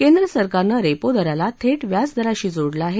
केंद्र सरकारनं रेपो दराला थेट व्याजदराशी जोडलं आहे